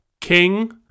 king